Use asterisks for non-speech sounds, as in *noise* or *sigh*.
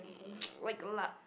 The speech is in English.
*noise* like la~